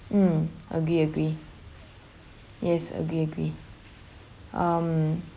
mm agree agree yes agree agree um